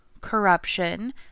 corruption